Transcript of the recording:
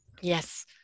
Yes